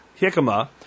jicama